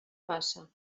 passa